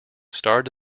starred